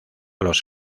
los